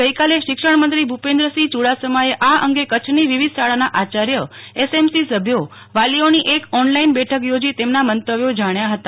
ગઈકાલે શિક્ષણમંત્રી ભુપેન્દ્રસિંહ ચુડાસમાએ આ અંગે ક ચ્છની વિવિધ શાળાના આચાર્ય એએમસી સભ્યો વાલીઓની એક ઓનલાઈન બેઠક યોજી તેમના મંત વ્ય જાણ્યા હતા